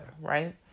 right